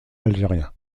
algérien